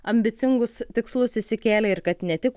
ambicingus tikslus išsikėlė ir kad ne tik